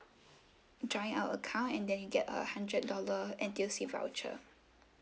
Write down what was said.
join our account and then you get a hundred dollar N_T_U_C voucher